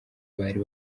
bari